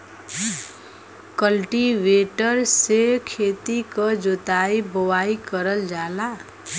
cultivator से खेती क जोताई बोवाई करल जाला